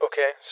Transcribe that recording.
Okay